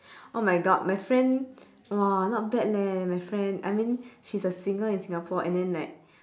oh my god my friend !wah! not bad leh my friend I mean she's a singer in singapore and then like